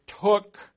took